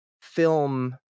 film